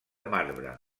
marbre